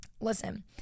listen